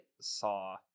saw